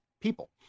people